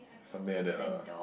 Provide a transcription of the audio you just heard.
something like that lah